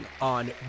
on